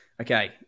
okay